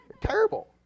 terrible